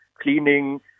cleaning